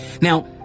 Now